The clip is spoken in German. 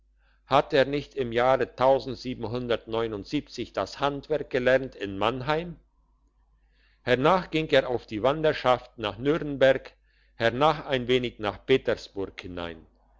hat er nicht im jahr das handwerk gelernt in mannheim hernach ging er auf die wanderschaft nach nürnberg hernach ein wenig nach petersburg hinein